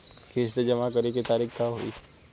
किस्त जमा करे के तारीख का होई?